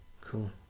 cool